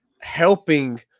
helping